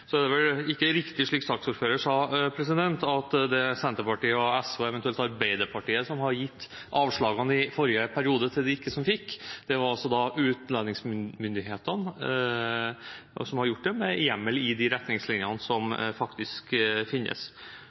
Så er det vel ikke riktig, slik saksordføreren sa, at det er Senterpartiet, SV og eventuelt Arbeiderpartiet som ga avslagene i forrige periode til dem som ikke fikk asyl. Det var utlendingsmyndighetene som gjorde det med hjemmel i de retningslinjene som faktisk finnes.